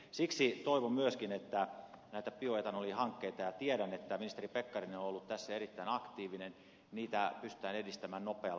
siksi toivon myöskin että näitä bioetanolihankkeita tiedän että ministeri pekkarinen on ollut tässä erittäin aktiivinen pystytään edistämään nopealla tahdilla